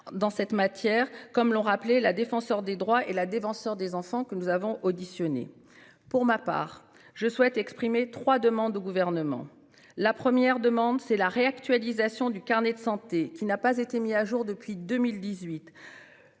en la matière, comme l'ont rappelé la Défenseure des droits et le Défenseur des enfants, que nous avons auditionnés. Pour ma part, je souhaite exprimer trois requêtes au Gouvernement. Ma première demande est la réactualisation du carnet de santé, qui n'a pas été mis à jour depuis 2018